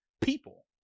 people